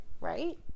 Right